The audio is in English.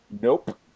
nope